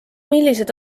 millised